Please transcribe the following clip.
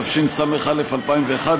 התשס"א 2001,